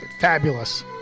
Fabulous